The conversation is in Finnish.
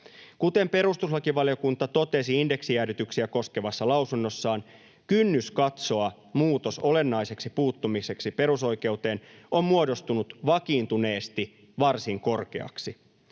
Kuten perustuslakivaliokunta totesi indeksijäädytyksiä koskevassa lausunnossaan, kynnys katsoa muutos olennaiseksi puuttumiseksi perusoikeuteen on muodostunut vakiintuneesti varsin korkeaksi.